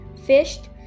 fished